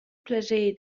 plascher